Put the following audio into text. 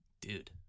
dude